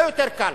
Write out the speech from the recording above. לא יותר קל,